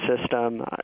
system